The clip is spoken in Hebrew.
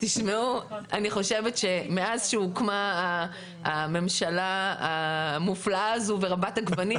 אני חושבת שמאז שהוקמה הממשלה המופלאה הזו ורבת הגוונים,